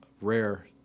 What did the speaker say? rare